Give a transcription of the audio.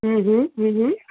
હં હં હં હં